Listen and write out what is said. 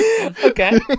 okay